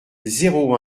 zéro